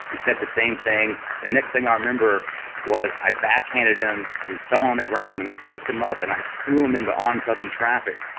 he said the same thing. the next thing i remember was i backhanded him and he fell on the ground and i picked him up and i threw him in the oncoming traffic.